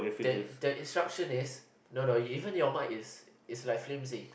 the the instruction is no no even your mic is is like flimsy